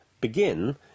begin